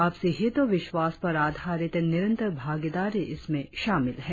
आपसी हित और विश्वास पर आधारित निरंतर भागीदारी इसमें शामिल है